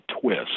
twist